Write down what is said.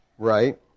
Right